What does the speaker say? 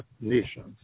nations